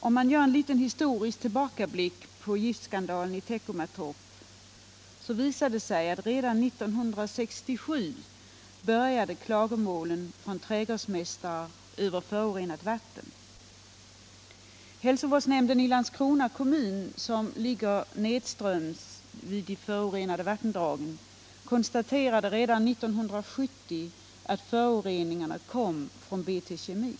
Om man gör en liten historisk tillbakablick på giftskandalen i Teckomatorp visar det sig att klagomål från trädgårdsmästare över förorenat vatten började redan 1967. Hälsovårdsnämnden i Landskrona kommun, som ligger nerströms fabriken vid de förorenade vattendragen, konstaterade redan 1970 att föroreningarna kom från BT Kemi.